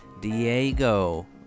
Diego